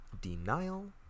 denial